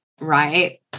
Right